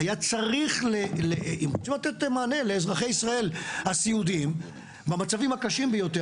היה צריך לתת מענה לאזרחי ישראל הסיעודיים במצבים הקשים ביותר,